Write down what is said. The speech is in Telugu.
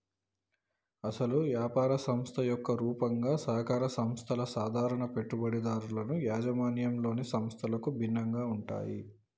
అసలు యాపార సంస్థ యొక్క రూపంగా సహకార సంస్థల సాధారణ పెట్టుబడిదారుల యాజమాన్యంలోని సంస్థలకు భిన్నంగా ఉంటాయి